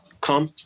come